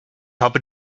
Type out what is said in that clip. habe